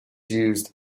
used